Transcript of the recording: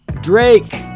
Drake